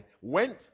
went